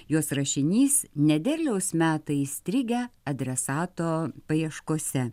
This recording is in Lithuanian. jos rašinys nederliaus metai įstrigę adresato paieškose